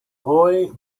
boy